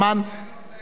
שנינו זה,